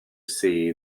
see